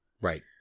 Right